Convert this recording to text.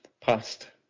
past